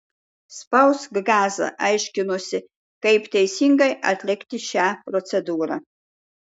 spausk gazą aiškinosi kaip teisingai atlikti šią procedūrą